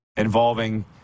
Involving